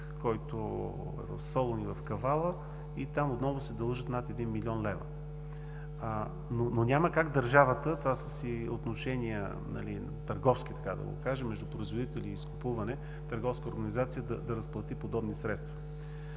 който е в Солун и в Кавала. Там отново се дължат над 1 млн. лв. Но няма как държавата – това са си търговски отношения, така да го кажем, между производители и изкупуване – търговска организация да разплати подобни средства.